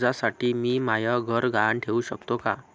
कर्जसाठी मी म्हाय घर गहान ठेवू सकतो का